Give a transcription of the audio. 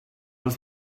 els